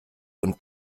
und